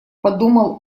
подумал